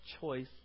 choice